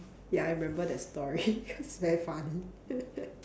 ya I remember that story cause very funny